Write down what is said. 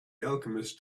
alchemist